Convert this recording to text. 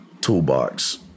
toolbox